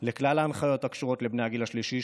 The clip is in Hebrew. על כלל ההנחיות הקשורות לבני הגיל השלישי,